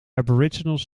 aboriginals